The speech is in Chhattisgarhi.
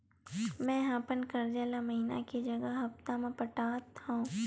मेंहा अपन कर्जा ला महीना के जगह हप्ता मा पटात हव